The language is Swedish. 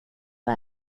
vad